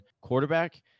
quarterback